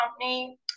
company